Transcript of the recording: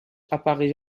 apparaît